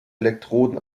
elektroden